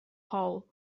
hole